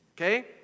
okay